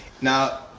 Now